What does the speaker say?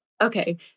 Okay